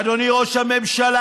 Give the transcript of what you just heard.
אדוני ראש הממשלה,